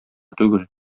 түгел